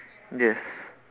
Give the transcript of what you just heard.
yes